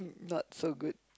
not so good